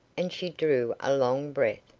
and she drew a long breath,